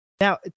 Now